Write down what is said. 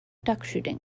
duckshooting